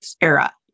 era